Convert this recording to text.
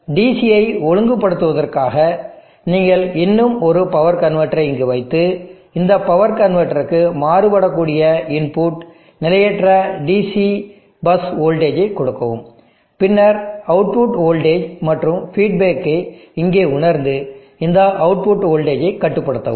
DCயை ஒழுங்குபடுத்துவதற்காக நீங்கள் இன்னும் ஒரு பவர் கன்வெர்ட்டரை இங்கு வைத்து இந்த பவர் கன்வெர்ட்டருக்கு மாறுபடக் கூடிய இன்புட் நிலையற்ற DC பஸ் வோல்டேஜை கொடுக்கவும் பின்னர் அவுட்புட் வோல்டேஜ் மற்றும் ஃபீட்பேக்கை இங்கே உணர்ந்து இந்த அவுட்புட் வோல்டேஜை கட்டுப்படுத்தவும்